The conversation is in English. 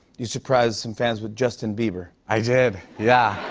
you surprised some fans with justin bieber. i did. yeah.